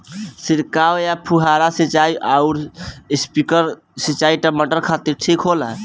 छिड़काव या फुहारा सिंचाई आउर स्प्रिंकलर सिंचाई टमाटर खातिर ठीक होला?